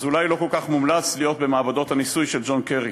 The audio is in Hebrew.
אז אולי לא כל כך מומלץ להיות במעבדות הניסוי של ג'ון קרי.